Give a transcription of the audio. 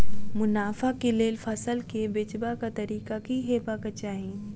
मुनाफा केँ लेल फसल केँ बेचबाक तरीका की हेबाक चाहि?